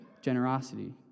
generosity